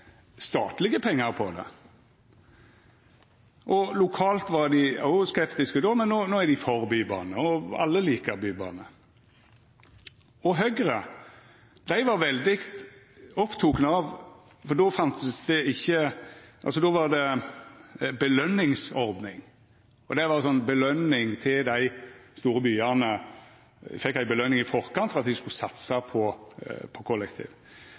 statlege pengar. Lokalt var dei òg skeptiske, men no er dei for bybane, og alle likar bybane. Høgre var veldig oppteken av – for då var det belønningsordning, det var belønning til dei store byane, dei fekk ei belønning i forkant for at dei skulle satsa på kollektiv